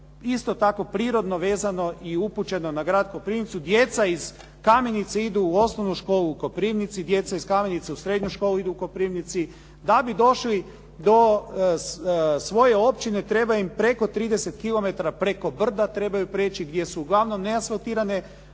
isto tako prirodno vezano i upućeno na grad Koprivnicu, djeca iz Kamenice idu u osnovnu školu u Koprivnici, djeca iz Kamenice u srednju školu idu u Koprivnicu. Da bi došli do svoje općine treba im preko 30 km, preko brda trebaju prijeći gdje su uglavnom neasfaltirane